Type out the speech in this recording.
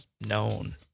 known